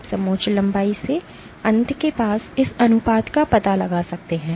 आप समोच्च लंबाई से अंत के इस अनुपात का पता लगा सकते हैं